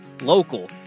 local